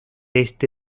este